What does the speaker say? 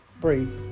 Breathe